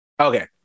Okay